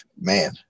man